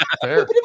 Fair